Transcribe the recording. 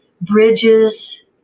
bridges